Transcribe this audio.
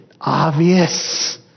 obvious